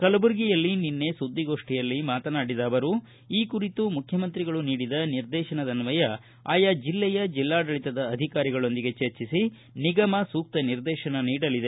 ಕಲಬುರಗಿಯಲ್ಲಿ ನಿನ್ನೆ ಸುದ್ದಿಗೋಷ್ಠಿಯಲ್ಲಿ ಮಾತನಾಡಿದ ಅವರು ಈ ಕುರಿತು ಮುಖ್ಯಮಂತ್ರಿಗಳು ನೀಡಿದ ನಿರ್ದೇಶನದನ್ವಯ ಆಯಾ ಜಿಲ್ಲೆಯ ಜಿಲ್ಲಾಡಳಿತದ ಅಧಿಕಾರಿಗಳೊಂದಿಗೆ ಚರ್ಚಿಸಿ ನಿಗಮ ಸೂಕ್ತ ನಿರ್ದೇಶನ ನೀಡಲಿದೆ